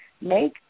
make